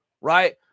Right